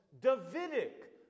Davidic